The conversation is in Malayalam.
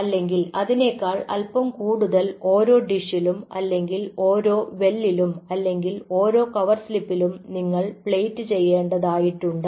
അല്ലെങ്കിൽ അതിനേക്കാൾ അല്പം കൂടുതൽ ഓരോ ഡിഷിലും അല്ലെങ്കിൽ ഓരോ വെല്ലിലും അല്ലെങ്കിൽ ഓരോ കവർ സ്ലിപ്പിലും നിങ്ങൾ പ്ലേറ്റ് ചെയ്യേണ്ടതായിട്ടുണ്ട്